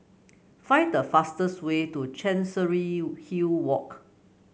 find the fastest way to Chancery Hill Walk